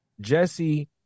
Jesse